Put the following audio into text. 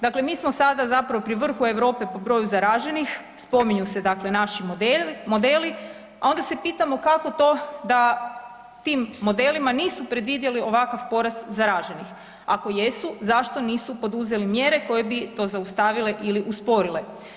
Dakle, mi smo sada zapravo pri vrhu Europe po broju zaraženih, spominju se dakle naši modeli, a onda se pitamo kako to da tim modelima nisu predvidjeli ovakav porast zaraženih, ako jesu, zašto nisu poduzeli mjere koje bi to zaustavile ili usporile.